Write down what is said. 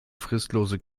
fristlose